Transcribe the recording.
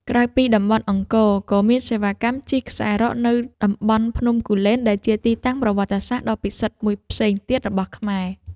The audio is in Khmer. ក្រៅពីតំបន់អង្គរ ក៏មានសេវាកម្មជិះខ្សែរ៉កនៅតំបន់ភ្នំគូលែន ដែលជាទីតាំងប្រវត្តិសាស្ត្រដ៏ពិសិដ្ឋមួយផ្សេងទៀតរបស់ខ្មែរ។